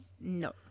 No